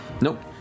Nope